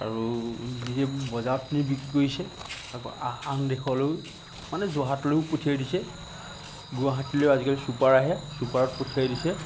আৰু নিজে বজাৰত বিক্ৰী কৰিছে আকৌ আন দেশলৈও মানে যোহাটলৈও পঠিয়াই দিছে গুৱাহাটীলৈও আজিকালি চুপাৰ আহে চুপাৰত পঠিয়াই দিছে